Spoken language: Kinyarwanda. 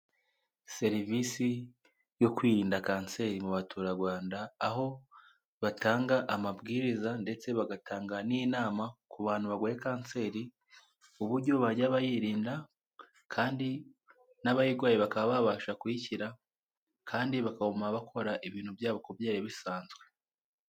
Serivisi yo kwirinda kanseri mu baturarwanda, aho batanga amabwiriza ndetse bagatanga n'inama ku bantu barwaye kanseri, uburyo bajya bayirinda kandi n'abayirwaye bakaba babasha kuyikira kandi bakaguma bakora ibintu byabo uko byari bisanzwe.